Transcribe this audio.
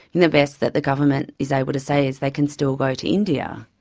the best that the government is able to say is they can still go to india.